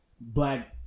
black